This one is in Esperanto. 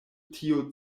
tio